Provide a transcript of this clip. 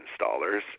installers